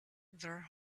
their